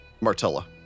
Martella